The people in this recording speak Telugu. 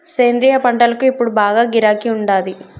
సేంద్రియ పంటలకు ఇప్పుడు బాగా గిరాకీ ఉండాది